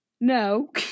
no